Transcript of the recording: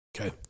Okay